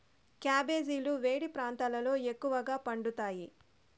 క్యాబెజీలు వేడి ప్రాంతాలలో ఎక్కువగా పండుతాయి